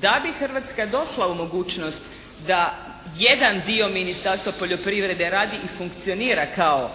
Da bi Hrvatska došla u mogućnost da jedan dio Ministarstva poljoprivrede radi i funkcionira kao